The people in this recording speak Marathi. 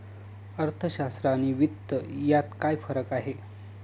अर्थशास्त्र आणि वित्त यात काय फरक आहे